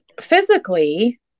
physically